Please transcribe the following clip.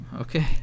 Okay